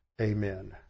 Amen